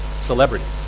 celebrities